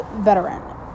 veteran